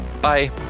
Bye